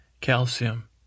Calcium